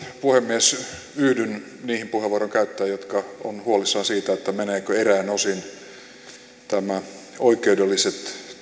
puhemies yhdyn niihin puheenvuoron käyttäjiin jotka ovat huolissaan siitä menevätkö eräin osin nämä oikeudelliset